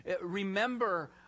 remember